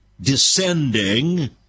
descending